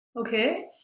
Okay